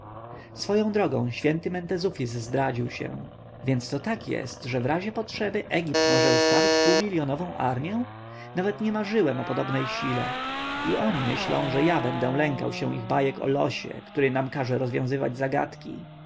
swoją drogą święty mentezufis zdradził się więc to tak jest że w razie potrzeby egipt może wystawić półmiljonową armję nawet nie marzyłem o podobnej sile i oni myślą że ja będę lękał się ich bajek o losie który nam każe rozwiązywać zagadki